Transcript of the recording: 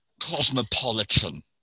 cosmopolitan